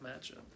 matchup